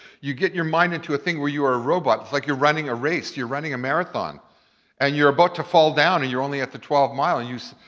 you get your mind into a thing where you're a robot. it's like you're running a race. you're running a marathon and you're about to fall down and you're only at the twelve mile and you say,